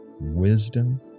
wisdom